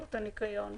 מבדיקות הניקיון.